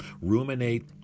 ruminate